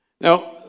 Now